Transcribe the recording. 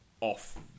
off